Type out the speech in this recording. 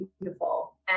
beautiful